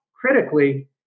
critically